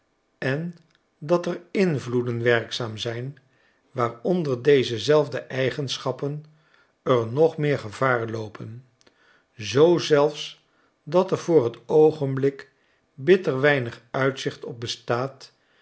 en dat er invloeden werkzaam zijn waaronder deze zelfde eigenschappen er nog meer gevaar loopen zoo zelfs dat er voor t oogenblik bitter weinig uitzicht op bestaat